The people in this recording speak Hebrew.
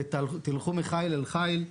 ותלכו מחיל אל חיל,